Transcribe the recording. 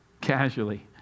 casually